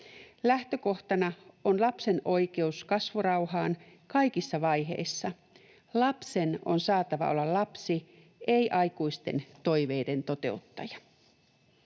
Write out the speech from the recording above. Lähtökohtana on lapsen oikeus kasvurauhaan kaikissa vaiheissa — lapsen on saatava olla lapsi, ei aikuisten toiveiden toteuttaja.